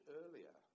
earlier